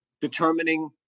determining